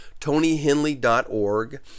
tonyhenley.org